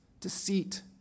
deceit